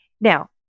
Now